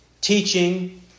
teaching